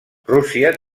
rússia